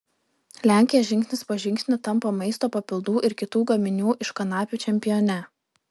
lenkija žingsnis po žingsnio tampa maisto papildų ir kitų gaminių iš kanapių čempione